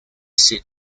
said